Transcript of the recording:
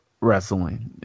Wrestling